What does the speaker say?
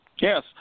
Yes